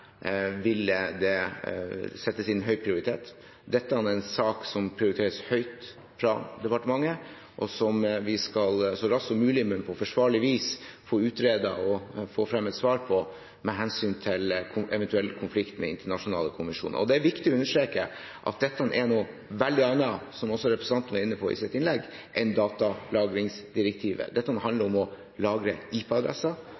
vil det settes inn høy prioritet. Dette er en sak som prioriteres høyt fra departementet, og som vi så raskt som mulig og på forsvarlig vis skal få utredet og få fram et svar på med hensyn til en eventuell konflikt med internasjonale konvensjoner. Det er viktig å understreke at dette er noe helt annet enn datalagringsdirektivet, som også representanten var inne på i sitt innlegg. Dette